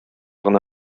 гына